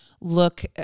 look